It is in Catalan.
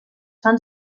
fan